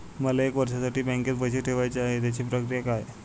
मला एक वर्षासाठी बँकेत पैसे ठेवायचे आहेत त्याची प्रक्रिया काय?